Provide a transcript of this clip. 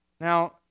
Now